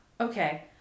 Okay